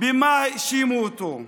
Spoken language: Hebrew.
במה האשימו אותו?